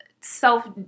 self